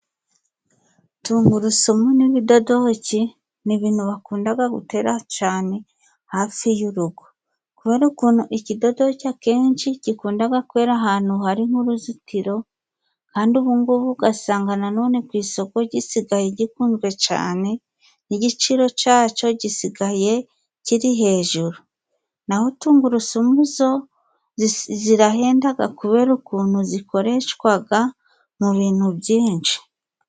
Tungurusumu n'ibidodoki ni ibintu bakundaga gutera cane hafi y'urugo ,kubera ukuntu ikidodoki akenshi gikundaga kwera ahantu hari nk'uruzitiro kandi ubu ngubu ugasanga na none ku isoko gisigaye gikunzwe cane n'igiciro caco gisigaye kiri hejuru ,naho tungurusumu zo zirahendaga kubera ukuntu zikoreshwaga mu bintu byinshi.